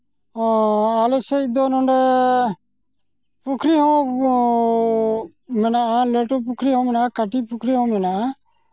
ᱟᱞᱮ ᱥᱮᱫ ᱫᱚ ᱱᱚᱰᱮ ᱯᱩᱠᱷᱨᱤ ᱦᱚᱸ ᱢᱮᱱᱟᱜᱼᱟ ᱞᱟᱹᱴᱩ ᱯᱩᱠᱷᱨᱤ ᱦᱚᱸ ᱢᱮᱱᱟᱜᱼᱟ ᱠᱟᱹᱴᱤᱡ ᱯᱩᱠᱷᱨᱤ ᱦᱚᱸ ᱢᱮᱱᱟᱜᱼᱟ